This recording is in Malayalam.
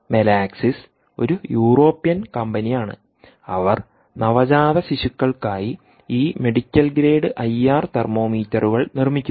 മെലാക്സിസ് ഒരു യൂറോപ്യൻ കമ്പനിയാണ് അവർ നവജാത ശിശുകൾക്കായി ഈ മെഡിക്കൽ ഗ്രേഡ് ഐ ആർ തെർമോമീറ്ററുകൾ നിർമ്മിക്കുന്നു